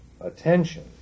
attention